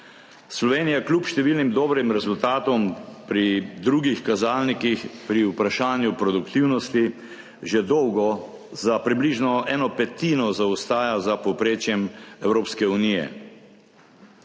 Slovenija kljub številnim dobrim rezultatom pri drugih kazalnikih pri vprašanju produktivnosti že dolgo za približno eno petino zaostaja za povprečjem Evropske unije.